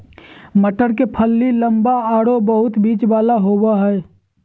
मटर के फली लम्बा आरो बहुत बिज वाला होबा हइ